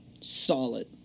solid